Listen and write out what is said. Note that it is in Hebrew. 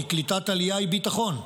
כי קליטת עלייה היא ביטחון,